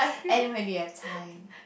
anywhere we have time